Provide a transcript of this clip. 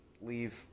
leave